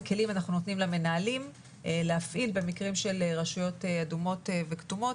כלים אנחנו נותנים למנהלים להפעיל במקרים של רשויות אדומות וכתומות